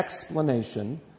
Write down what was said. explanation